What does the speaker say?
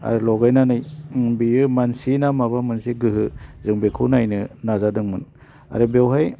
आरो ल'गायनानै बेयो मानसि ना माबा मोनसे गोहो जों बेखौ नायनो नाजादोंमोन आरो बेवहाय